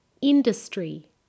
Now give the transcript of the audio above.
Industry